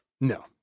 No